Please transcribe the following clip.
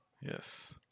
yes